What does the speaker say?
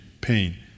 pain